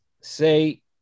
say